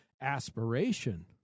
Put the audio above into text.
aspiration